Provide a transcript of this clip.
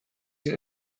den